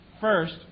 First